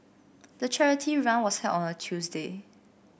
the charity run was held on Tuesday